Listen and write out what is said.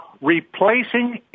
replacing